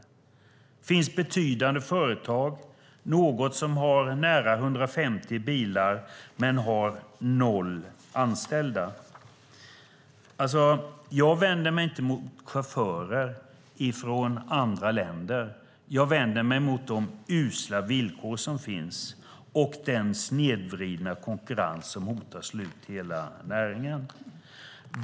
Det finns betydande företag som kan ha nära 150 bilar men noll anställda. Jag vänder mig inte mot chaufförer från andra länder. Jag vänder mig mot de usla villkor som finns och den snedvridna konkurrens som hotar att slå ut hela näringen.